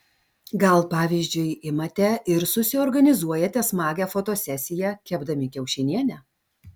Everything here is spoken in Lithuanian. gal pavyzdžiui imate ir susiorganizuojate smagią fotosesiją kepdami kiaušinienę